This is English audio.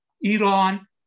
Iran